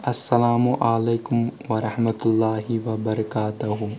السلام عليكم ورحمة الله وبركاته